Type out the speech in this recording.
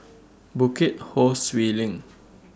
Bukit Ho Swee LINK